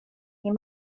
min